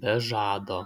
be žado